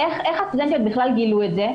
איך הסטודנטיות גילו את זה?